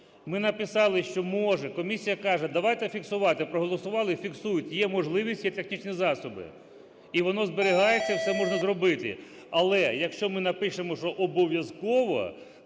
Ми написали, що може, комісія каже, давайте фіксувати, проголосували, фіксують, є можливість, є технічні засоби. І воно зберігається, все можна зробити. Але, якщо ми напишемо, що обов'язково,